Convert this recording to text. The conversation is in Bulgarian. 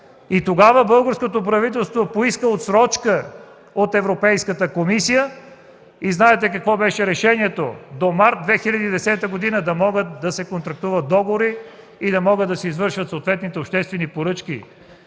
И тогава българското правителство поиска отсрочка от Европейската комисия. Знаете какво беше решението – до март 2010 г. да могат да се контрактуват договори и да могат да се извършат съответните обществени поръчки.